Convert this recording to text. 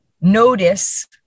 notice